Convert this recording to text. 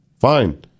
Fine